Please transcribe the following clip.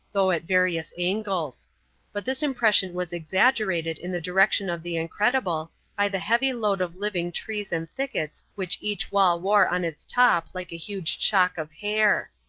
though at various angles but this impression was exaggerated in the direction of the incredible by the heavy load of living trees and thickets which each wall wore on its top like a huge shock of hair.